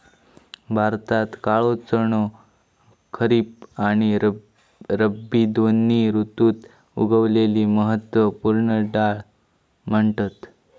भारतात काळो चणो खरीब आणि रब्बी दोन्ही ऋतुत उगवलेली महत्त्व पूर्ण डाळ म्हणतत